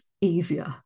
easier